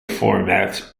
formats